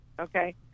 okay